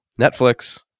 Netflix